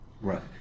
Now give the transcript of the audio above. Right